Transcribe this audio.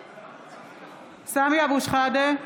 סמי אבו שחאדה